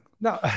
No